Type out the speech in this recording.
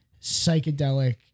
psychedelic